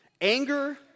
Anger